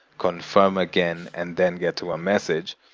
confirm again, and then get to a message.